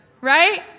right